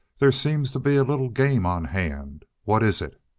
there seems to be a little game on hand. what is it?